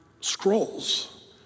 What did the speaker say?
scrolls